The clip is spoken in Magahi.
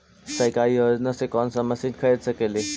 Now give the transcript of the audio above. सरकारी योजना से कोन सा मशीन खरीद सकेली?